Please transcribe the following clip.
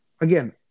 Again